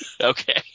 Okay